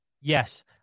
yes